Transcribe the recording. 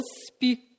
speak